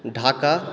Dhaka